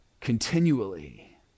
Continually